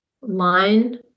line